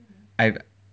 I